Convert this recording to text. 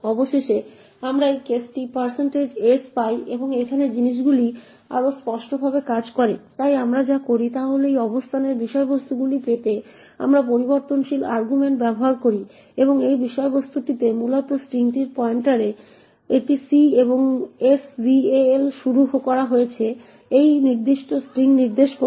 অবশেষে আমরা এই কেসটি s পাই এবং এখানে জিনিসগুলি আরও স্পষ্টভাবে কাজ করে তাই আমরা যা করি তা হল এই অবস্থানের বিষয়বস্তুগুলি পেতে আমরা পরিবর্তনশীল আর্গুমেন্ট ব্যবহার করি এবং এই বিষয়বস্তুটি মূলত স্ট্রিংটির পয়েন্টার এটি c এবং sval শুরু করা হয়েছে এই নির্দিষ্ট স্ট্রিং নির্দেশ করতে